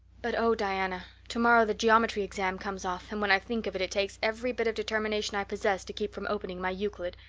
but oh, diana, tomorrow the geometry exam comes off and when i think of it it takes every bit of determination i possess to keep from opening my euclid.